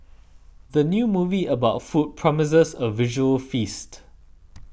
the new movie about food promises a visual feast